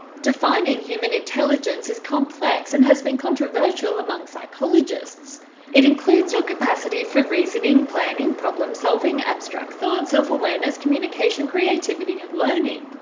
defining human intelligence is complex and has been controversial among psychologists it includes your capacity for reasoning, planning, problem-solving, abstract thought, self-awareness, communication, creativity and learning.